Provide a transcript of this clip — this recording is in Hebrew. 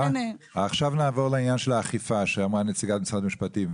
עכשיו נעבור לעניין של האכיפה שאמרה נציגת משרד המשפטים,